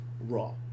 Raw